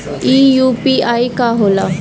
ई यू.पी.आई का होला?